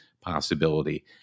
possibility